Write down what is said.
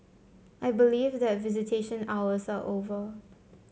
I believe that visitation hours are over